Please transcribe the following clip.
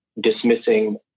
dismissing